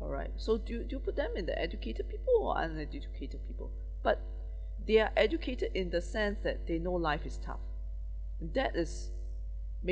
all right so do do you put them in the educated people or an educated people but they're educated in the sense that they know life is tough that is maybe